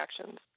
actions